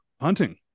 hunting